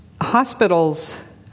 Hospitals